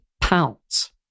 pounds